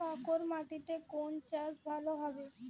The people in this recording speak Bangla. কাঁকর মাটিতে কোন চাষ ভালো হবে?